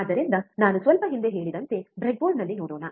ಆದ್ದರಿಂದ ನಾನು ಸ್ವಲ್ಪ ಹಿಂದೆ ಹೇಳಿದಂತೆ ಬ್ರೆಡ್ಬೋರ್ಡ್ನಲ್ಲಿ ನೋಡೋಣ